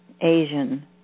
Asian